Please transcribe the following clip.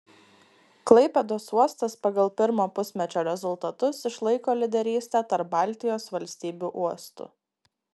klaipėdos uostas pagal pirmo pusmečio rezultatus išlaiko lyderystę tarp baltijos valstybių uostų